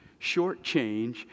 shortchange